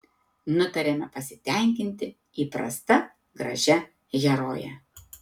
nutarėme pasitenkinti įprasta gražia heroje